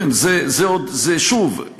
שוב,